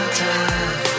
time